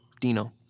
Dino